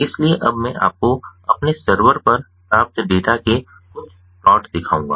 इसलिए अब मैं आपको अपने सर्वर पर प्राप्त डेटा के कुछ प्लॉट दिखाऊंगा